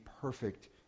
perfect